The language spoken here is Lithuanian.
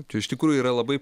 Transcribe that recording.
tai iš tikrųjų yra labai